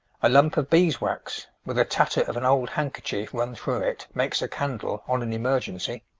a lump of beeswax, with a tatter of an old handkerchief run through it, makes a candle on an emergency.